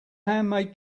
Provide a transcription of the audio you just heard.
handmade